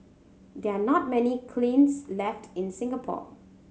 there are not many kilns left in Singapore